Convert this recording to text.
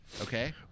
okay